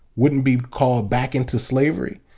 wouldn't be called back into slavery.